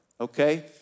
okay